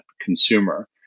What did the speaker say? consumer